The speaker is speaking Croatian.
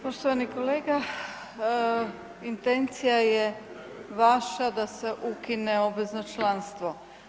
Poštovani kolega intencija je vaša da se ukine obvezno članstvo.